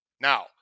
Now